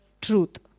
truth